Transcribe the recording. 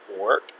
work